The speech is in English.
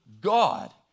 God